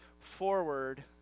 forward